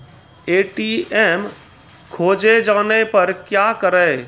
ATM खोजे जाने पर क्या करें?